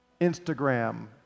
Instagram